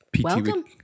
Welcome